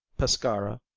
pescara,